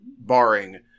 barring